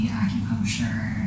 acupuncture